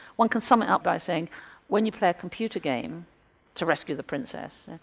one can sum it up by saying when you play a computer game to rescue the princess,